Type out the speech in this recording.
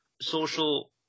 social